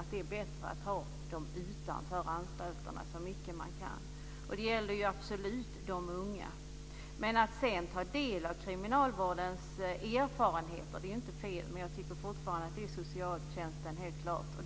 att det är bättre att ha dem utanför anstalterna så mycket man kan. Det gäller absolut de unga. Att sedan ta del av kriminalvårdens erfarenheter är inte fel, men jag tycker fortfarande helt klart att det är socialtjänsten som ska blandas in.